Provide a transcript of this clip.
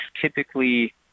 typically